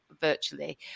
virtually